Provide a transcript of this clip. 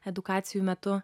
edukacijų metu